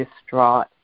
distraught